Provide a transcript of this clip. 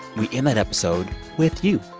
we end that episode with you,